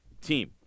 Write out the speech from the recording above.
team